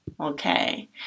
Okay